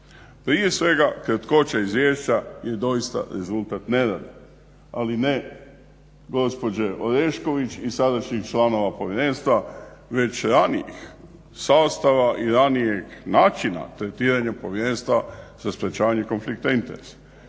Prije svega, kratkoća izvješća je doista rezultat nerada ali ne gospođe Orešković i sadašnjih članova povjerenstva već ranijeg sastava i ranijeg načina tretiranja povjerenstva za sprečavanje konflikta interesa.